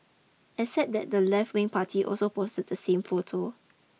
except that the left wing party also posted the same photo